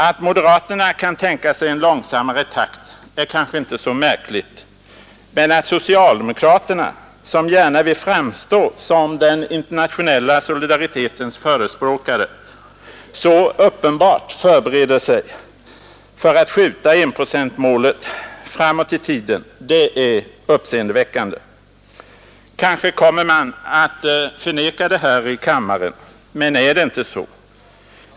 Att moderaterna kan tänka sig en långsammare takt är kanske inte så märkligt, men att socialdemokraterna, som gärna vill framstå som den internationella solidaritetens förespråkare, så uppenbart förbereder sig för att skjuta enprocentsmålet något år framåt i tiden, det är uppseendeväckande. Kanske kommer man att förneka det här i kammaren, men är det inte så?